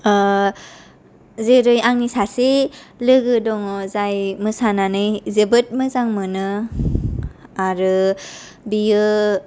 ओ जेरै आंनि सासे लोगो दङ जाय मोसानानै जोबोद मोजां मोनो आरो बियो